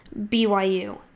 byu